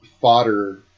fodder